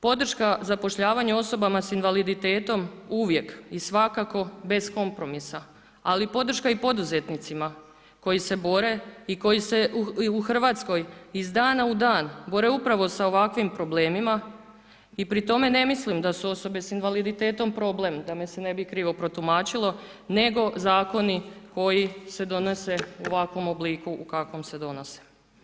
Podrška zapošljavanju osobama s invaliditetom uvijek i svakako bez kompromisa, ali podrška i poduzetnicima koji se bore i koji se i u Hrvatskoj iz dana u dan bore upravo sa ovakvim problemima i pri tome ne mislim da su osobe sa invaliditetom problem da me se ne bi krivo protumačilo nego zakoni koji se donose u ovakvom obliku u kakvom se donose.